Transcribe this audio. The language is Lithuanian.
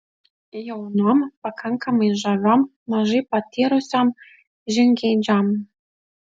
jaunom pakankamai žaviom mažai patyrusiom žingeidžiom